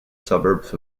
suburbs